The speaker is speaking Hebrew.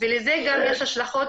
לזה יש גם השלכות